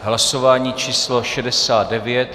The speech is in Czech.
Hlasování číslo 69.